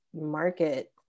market